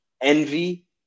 envy